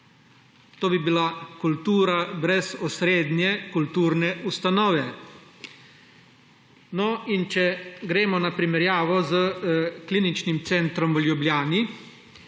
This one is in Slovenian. To bi bila kultura brez osrednje kulturne ustanove. In če gremo na primerjavo s kliničnim centrom v Ljubljani,